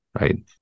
right